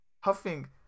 huffing